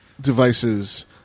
devices